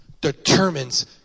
determines